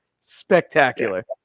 spectacular